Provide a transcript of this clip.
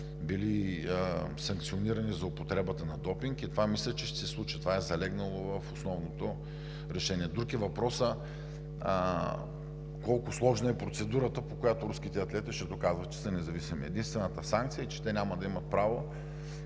били санкционирани за употребата на допинг. И това мисля, че ще се случи, това е залегнало в основното решение. Друг е въпросът колко сложна е процедурата, по която руските атлети ще доказват, че са независими. Единствената санкция е, че те няма да имат право